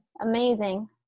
Amazing